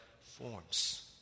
forms